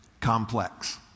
complex